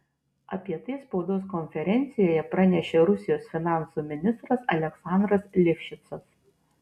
apie tai spaudos konferencijoje pranešė rusijos finansų ministras aleksandras livšicas